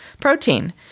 protein